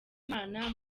imana